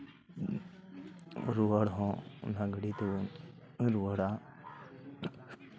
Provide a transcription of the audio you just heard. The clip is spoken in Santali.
ᱨᱩᱣᱟᱹᱲ ᱦᱚᱸ ᱚᱱᱟᱜᱷᱟᱹᱲᱤᱡ ᱦᱚᱸ ᱨᱩᱣᱟᱹᱲᱟ